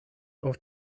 auf